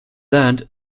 land